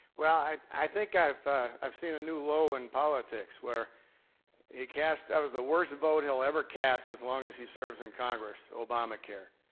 well, i i think i've i've seen a new low in politics, where you cast that was the worst vote he'll ever cast as long as he serves in congress. obamacare.